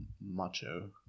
macho